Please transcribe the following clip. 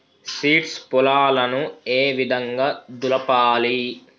Seeds పొలాలను ఏ విధంగా దులపాలి?